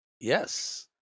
Yes